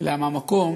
אלא מהמקום